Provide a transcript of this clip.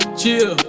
chill